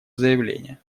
заявление